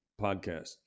podcast